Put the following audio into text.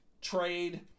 trade